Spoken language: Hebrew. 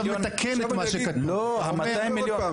לא,